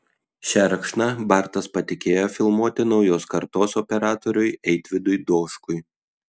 šerkšną bartas patikėjo filmuoti naujos kartos operatoriui eitvydui doškui